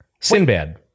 Sinbad